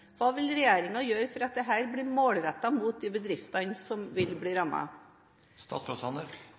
Hva vil regjeringen gjøre for at dette blir målrettet mot de bedriftene som vil bli